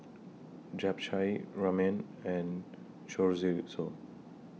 Japchae Ramen and Chorizo